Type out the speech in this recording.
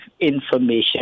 information